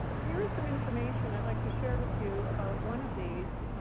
here is some information i'd like to share with you about one of these,